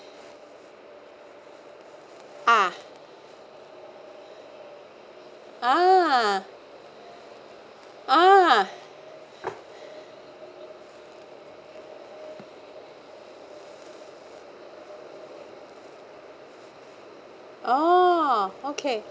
uh ah ah oh okay